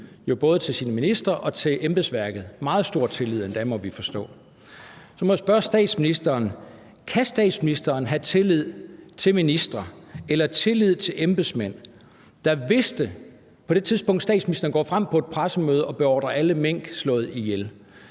både sine ministre og embedsværket – endda meget stor tillid, må vi forstå. Så må jeg spørge statsministeren: Kan statsministeren have tillid til ministre eller tillid til embedsmænd, der på det tidspunkt, hvor statsministeren på et pressemøde beordrer alle mink slået ihjel,